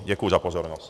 Děkuji za pozornost.